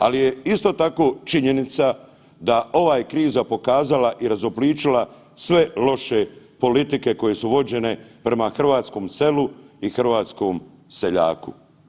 Ali je isto tako činjenica da ova je kriza pokazala i razobličila sve loše politike koje su vođene prema hrvatskom selu i hrvatskom seljaku.